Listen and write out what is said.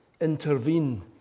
intervene